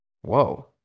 Whoa